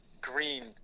green